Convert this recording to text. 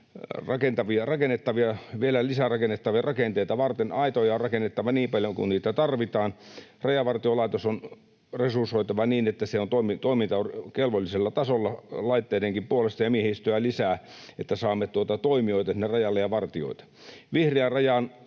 päätöksiä vielä lisää rakennettavia rakenteita varten. Aitoja on rakennettava niin paljon kuin niitä tarvitaan. Rajavartiolaitos on resursoitava niin, että sen toiminta on kelvollisella tasolla laitteidenkin puolesta ja miehistöä lisää, että saamme toimijoita sinne rajalle ja vartijoita. Vihreän rajan